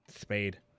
spade